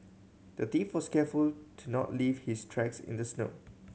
the thief was careful to not leave his tracks in the snow